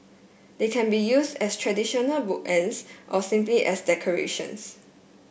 they can be used as traditional bookends or simply as decorations